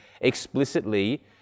explicitly